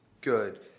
good